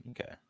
Okay